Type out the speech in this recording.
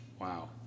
Wow